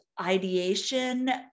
ideation